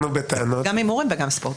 גם הימורים וגם ספורט.